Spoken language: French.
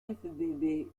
vfb